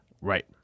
right